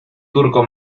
turco